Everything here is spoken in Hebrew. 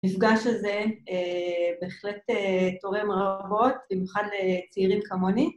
מפגש הזה בהחלט תורם רבות, במיוחד לצעירים כמוני.